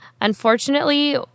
unfortunately